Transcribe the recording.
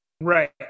right